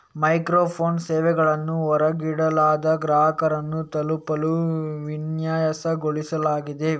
micro finance ಸೇವೆಗಳನ್ನು ಹೊರಗಿಡಲಾದ ಗ್ರಾಹಕರನ್ನು ತಲುಪಲು ವಿನ್ಯಾಸಗೊಳಿಸಲಾಗಿದೆ